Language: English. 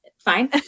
fine